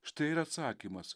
štai ir atsakymas